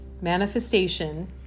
Manifestation